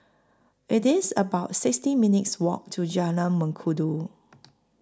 IT IS about sixty minutes' Walk to Jalan Mengkudu